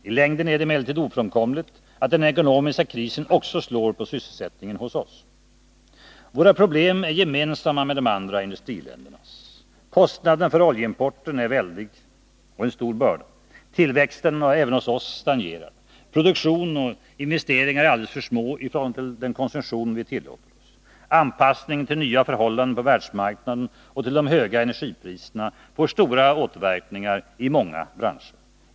I längden är det emellertid ofrånkomligt att den ekonomiska krisen också slår på sysselsättningen hos oss. Våra problem är desamma som de andra industriländernas. Kostnaden för oljeimporten är väldig och en stor börda. Tillväxten har även hos oss stagnerat. Produktion och investeringar är alldeles för små i förhållande till den konsumtion vi tillåter oss. Anpassningen till nya förhållanden på världsmarknaden och till de höga energipriserna får stora återverkningar i många branscher.